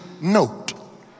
note